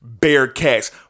Bearcats